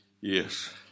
yes